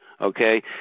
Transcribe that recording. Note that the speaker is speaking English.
Okay